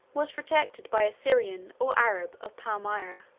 was protected by a syrian or arab of palmyra.